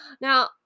now